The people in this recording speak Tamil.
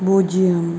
பூஜ்ஜியம்